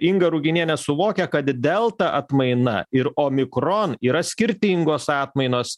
inga ruginienė suvokia kad delta atmaina ir omikron yra skirtingos atmainos